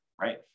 right